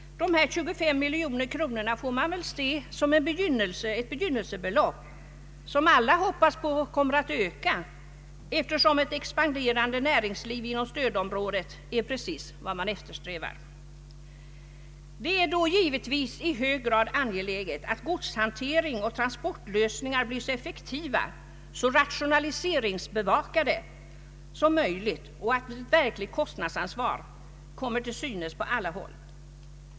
De 25 miljonerna får väl ses som ett begynnelsebelopp, vilket alla hoppas kommer att öka, eftersom ett expanderande näringsliv inom stödområdet är precis vad vi eftersträvar. Det är då givetvis i hög grad angeläget att godshantering och transportlösningar blir så effektiva och så rationaliseringsbevakade som möjligt och att ett verkligt kostnadsansvar kommer till synes på alla håll.